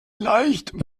leichtem